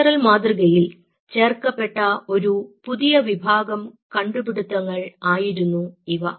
cultural മാതൃകയിൽ ചേർക്കപ്പെട്ട ഒരു പുതിയ വിഭാഗം കണ്ടുപിടുത്തങ്ങൾ ആയിരുന്നു ഇവ